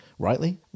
Rightly